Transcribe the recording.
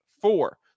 four